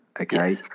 Okay